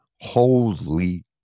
Holy